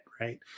Right